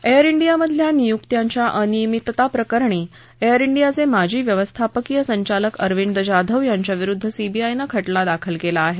air इंडियामधल्या नियुक्त्यांच्या अनियमितता प्रकरणी एअर इंडियाचे माजी व्यवस्थापकीय संचालक अरविद जाधव यांच्याविरुद्ध सीबीआयनं खटला दाखल केला आहे